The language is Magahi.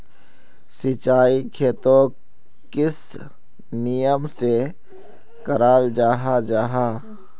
सिंचाई खेतोक किस नियम से कराल जाहा जाहा?